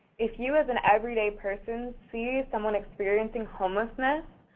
if you, as an everyday person, see someone experiencing homelessness,